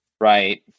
right